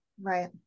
Right